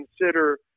consider